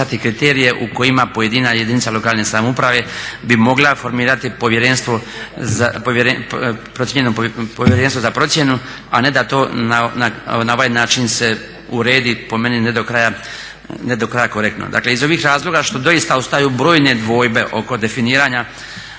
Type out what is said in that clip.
da bi trebalo propisati kriterije u kojima pojedina jedinica lokalne samouprave bi mogla formirati povjerenstvo za procjenu, a ne da to na ovaj način se uredi po meni ne do kraja korektno. Dakle iz ovih razloga što doista ostaju brojne dvojbe oko definiranja